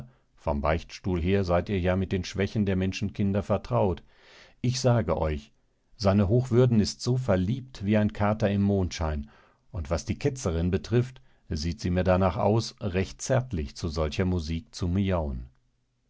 vom beichtstuhl her seid ihr ja mit den schwächen der menschenkinder vertraut ich sage euch seine hochwürden ist so verliebt wie ein kater im mondschein und was die ketzerin betrifft sieht sie mir danach aus recht zärtlich zu solcher musik zu miauen